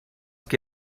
qui